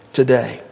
today